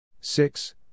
Six